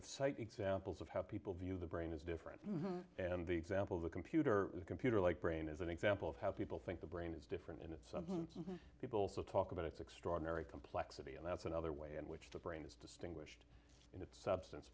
of cite examples of how people view the brain is different and the example of a computer computer like brain is an example of how people think the brain is different and it's something people so talk about it's extraordinary complexity and that's another way in which the brain is distinguished in its substance